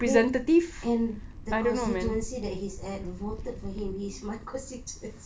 wait and the constituency that he's at voted for him he's my constituency